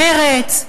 מרצ,